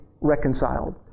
reconciled